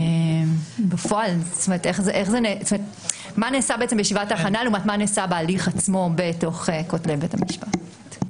מה נעשה בישיבת ההכנה לעומת מה שנעשה בהליך עצמו בתוך כותלי בית המשפט?